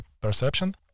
perception